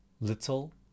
little